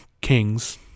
kings